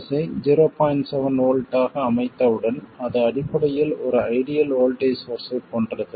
7 V ஆக அமைத்தவுடன் அது அடிப்படையில் ஒரு ஐடியல் வோல்ட்டேஜ் சோர்ஸ்ஸைப் போன்றது